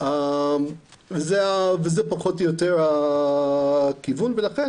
זה פחות או יותר הכיוון ולכן